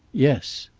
yes.